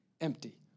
empty